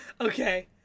okay